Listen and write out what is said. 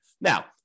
Now